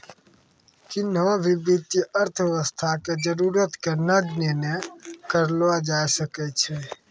किन्हो भी वित्तीय अर्थशास्त्र के जरूरत के नगण्य नै करलो जाय सकै छै